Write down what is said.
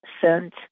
sent